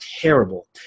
terrible